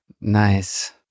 nice